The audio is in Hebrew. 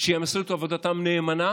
שהם יעשו את עבודתם נאמנה